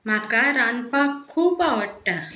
म्हाका रांदपाक खूब आवडटा